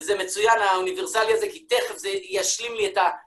זה מצוין, האוניברסליה הזאת, כי תכף זה ישלים לי את ה...